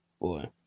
Boy